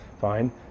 Fine